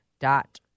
dot